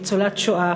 ניצולת שואה,